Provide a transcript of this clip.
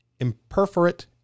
imperforate